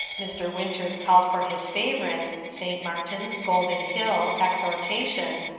mr. winters called for his favourites, st. martins, golden hill, exhortation,